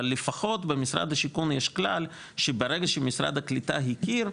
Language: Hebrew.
אבל לפחות במשרד השיכון יש כלל שברגע שמשרד הקליטה הכיר,